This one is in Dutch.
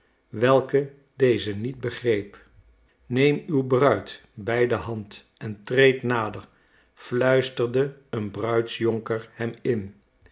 welke deze niet begreep neem uw bruid bij de hand en treed nader fluisterde een bruidsjonker hem in